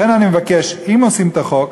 לכן אני מבקש, אם עושים את החוק,